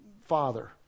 father